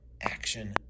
action